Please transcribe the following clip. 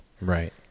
Right